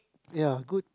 ya good